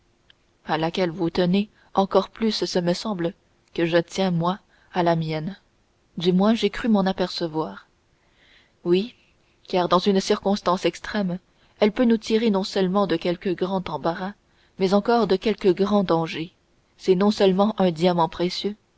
à laquelle vous tenez encore plus ce me semble que je ne tiens moi à la mienne du moins j'ai cru m'en apercevoir oui car dans une circonstance extrême elle peut nous tirer non seulement de quelque grand embarras mais encore de quelque grand danger c'est non seulement un diamant précieux